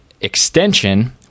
extension